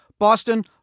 Boston